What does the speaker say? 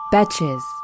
Betches